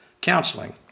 counseling